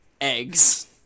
eggs